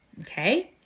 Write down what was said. Okay